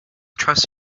trust